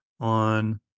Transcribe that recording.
on